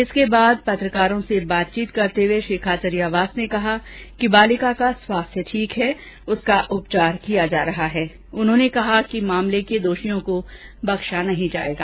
इसके बाद पत्रकारों से बातचीत करते हए श्री खाचरियावास ने कहा कि बालिका का स्वास्थ्य ठीक है उसका उपचार किया जा रहा है उन्होंने कहा कि मामले के दोषियों को बख्शा नहीं जाएगा